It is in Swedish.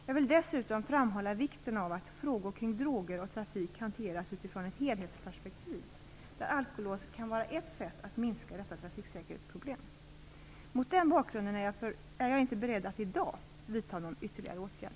Jag vill dessutom framhålla vikten av att frågor kring droger och trafik hanteras utifrån ett helhetsperspektiv, där alkolås kan vara ett sätt att minska detta trafiksäkerhetsproblem. Mot den bakgrunden är jag inte beredd att i dag vidta någon ytterligare åtgärd.